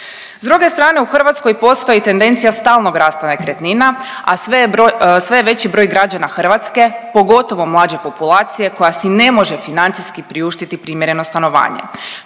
S druge strane u Hrvatskoj postoji tendencija stalnog rasta nekretnina, a sve je bro…, sve je veći broj građana Hrvatske, pogotovo mlađe populacije koja si ne može financijski priuštiti primjereno stanovanje,